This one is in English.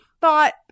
thought